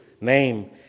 name